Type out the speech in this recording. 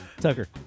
Tucker